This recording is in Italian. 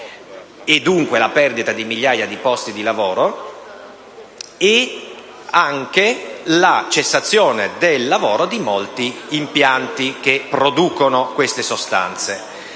dunque la perdita di migliaia di posti di lavoro, e anche la cessazione dell'attività di molti impianti che producono queste sostanze.